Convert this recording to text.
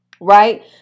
Right